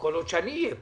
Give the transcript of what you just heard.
כל עוד שאני אהיה פה,